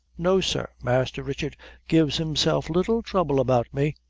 no sir master richard gives himself little trouble about me.